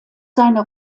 seine